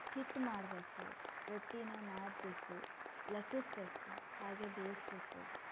ಹಿಟ್ಟು ಮಾಡಬೇಕು ರೊಟ್ಟೀನ ನಾದಬೇಕು ಲಟ್ಟಿಸ್ಬೇಕು ಹಾಗೆ ಬೇಯಿಸ್ಬೇಕು